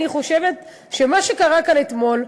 אני חושבת שמה שקרה כאן אתמול,